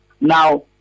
Now